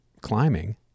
climbing